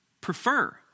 prefer